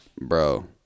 bro